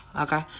okay